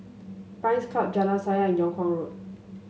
Pines Club Jalan Sayang Yung Kuang Road